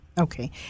Okay